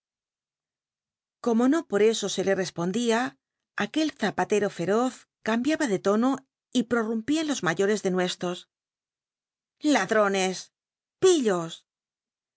como no por eso se le respondía aquel zapatero feroz cambiaba de tono y proru mpia en los mayores denuestos lad rones pillos